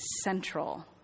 central